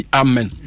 amen